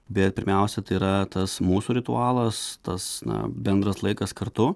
bet pirmiausia tai yra tas mūsų ritualas tas na bendras laikas kartu